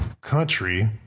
Country